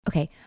Okay